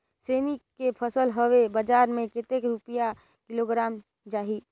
सेमी के फसल हवे बजार मे कतेक रुपिया किलोग्राम जाही?